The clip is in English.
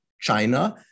China